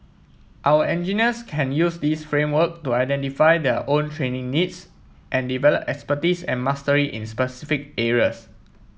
our engineers can use this framework to identify their own training needs and develop expertise and mastery in specific areas